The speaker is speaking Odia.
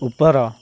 ଉପର